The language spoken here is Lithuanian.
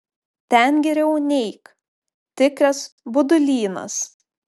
ten geriau neik tikras budulynas